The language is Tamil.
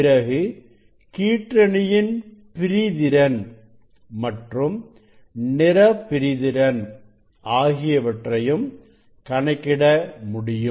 பிறகு கீற்றணியின் பிரிதிறன் மற்றும் நிறப்பிரிதிறன் ஆகியவற்றையும் கணக்கிட முடியும்